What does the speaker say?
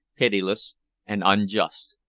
pitiless and unjust.